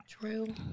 True